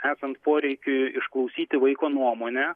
esant poreikiui išklausyti vaiko nuomonę